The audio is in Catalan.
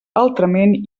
altrament